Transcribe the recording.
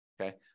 okay